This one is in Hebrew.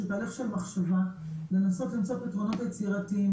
תהליך של מחשבה לנסות ולמצוא פתרונות יצירתיים,